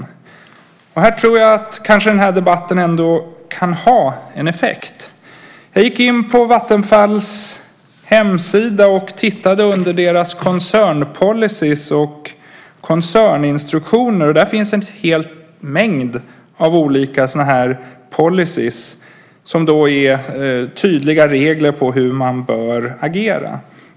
Jag tror att den här debatten kanske ändå kan ha en effekt. Jag gick in på Vattenfalls hemsida och tittade under deras koncernpolicyer och koncerninstruktioner, och där finns en hel mängd av olika policyer som är tydliga regler för hur man bör agera.